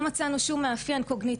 וגם זה אנחנו יודעים שזה לא נכון,